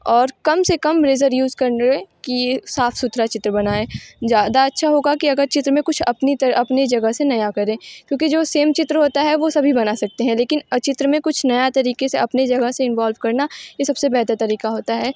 और कम से कम रेज़र यूज़ करें कि साफ़ सुथरा चित्र बनाऍं ज़्यादा अच्छा होगा कि अगर चित्र में कुछ अपनी अपनी जगह से नया करें क्योंकि जो सेम चित्र होता है वो सभी बना सकते हैं लेकिन चित्र में कुछ नया तरीक़े से अपने जगह से इन्वोल्व करना ये सब से बेहतर तरीक़ा होता है